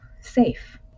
safe